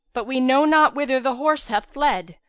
but we know not whither the horse hath fled,